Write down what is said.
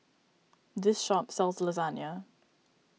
this shop sells Lasagne